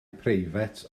preifat